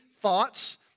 thoughts